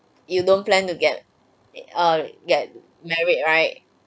you don't plan to get err get married right